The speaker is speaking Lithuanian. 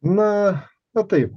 na na taip